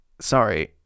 sorry